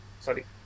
sorry